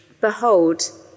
Behold